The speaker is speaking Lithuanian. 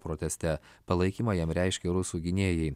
proteste palaikymą jam reiškė rusų gynėjai